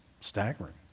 staggering